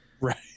Right